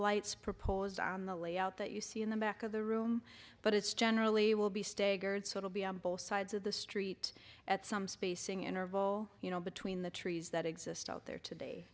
lights proposed on the layout that you see in the back of the room but it's generally will be staggered sort of be on both sides of the street at some spacing interval you know between the trees that exist out there today